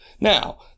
Now